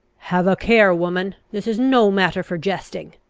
have a care, woman! this is no matter for jesting.